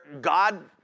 God